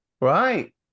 Right